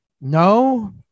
No